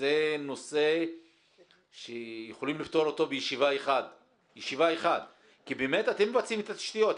זה נושא שיכולים לפתור אותו בישיבה אחת כי באמת אתם מבצעים את התשתיות.